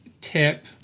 tip